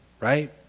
right